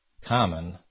common